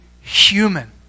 human